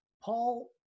Paul